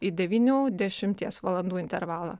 į devynių dešimties valandų intervalą